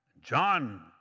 John